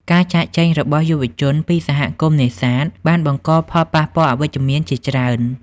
ការចាកចេញរបស់យុវជនពីសហគមន៍នេសាទបានបង្កផលប៉ះពាល់អវិជ្ជមានជាច្រើន។